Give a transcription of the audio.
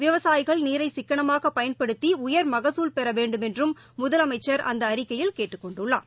விவசாயிகள் நீரை சிக்கனமாக பயன்படுத்தி உயர் மகசூல் பெற வேண்டும் என்றும் முதலமைச்சர் அந்த அறிக்கையில் கேட்டுக் கொண்டுள்ளார்